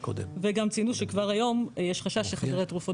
וגם ציינו שכבר היום יש חשש שחדרי התרופות